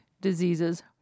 diseases